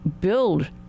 build